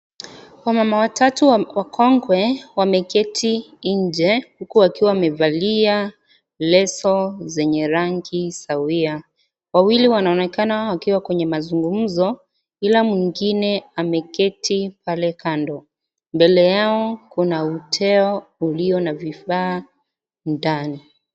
Wamama watatu wakongwe wameketi nje huku wakiwa wamevalia leso zenye rangi sawia. Wawili wanaonekana wakiwa kwenye mazungumzo, ila mwingine ameketi pale kando. Mbele yao kuna uteo ulionavifaa ndani.